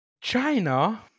China